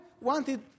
wanted